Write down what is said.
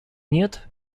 нет